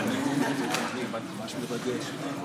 אדוני היושב-ראש, קודם כול,